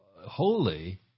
Holy